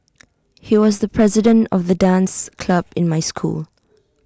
he was the president of the dance club in my school